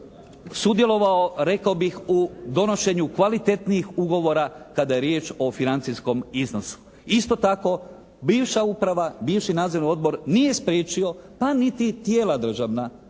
sudjelovao rekao bih u donošenju kvalitetnih ugovora kada je riječ o financijskom iznosu. Isto tako, bivša uprava, bivši nadzorni odbor nije spriječio pa niti tijela državna,